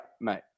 mate